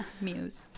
muse